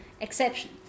exception